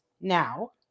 Now